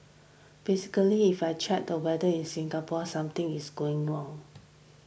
basically if I check the weather in Singapore something is gone wrong